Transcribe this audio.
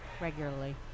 regularly